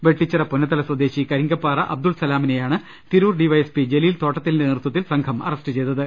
വെട്ടിച്ചിറ പുന്നത്തല സ്വദേശി കരിങ്കപ്പാറ അബ്ദുൾസ ലാമിനെയാണ് തിരൂർ ഡിവൈഎസ്പി ജലീൽ തോട്ടത്തിലിന്റെ നേതൃ ത്വത്തിൽ സംഘം അറസ്റ്റ് ചെയ്തത്